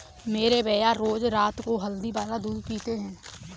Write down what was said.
मेरे भैया रोज रात को हल्दी वाला दूध पीते हैं